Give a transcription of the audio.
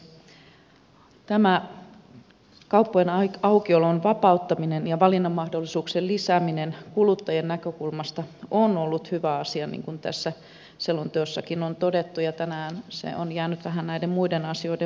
tämä kauppojen aukiolon vapauttaminen ja valinnanmahdollisuuksien lisääminen on kuluttajien näkökulmasta ollut hyvä asia niin kuin tässä selonteossakin on todettu ja tänään se on jäänyt vähän näiden muiden asioiden varjoon